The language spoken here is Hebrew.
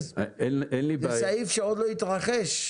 זה סעיף שעוד לא התרחש.